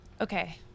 Okay